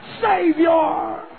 Savior